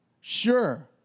sure